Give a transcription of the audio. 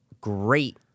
Great